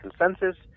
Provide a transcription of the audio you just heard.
consensus